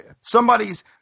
somebody's